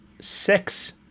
six